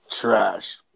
trash